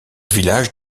village